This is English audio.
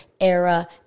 era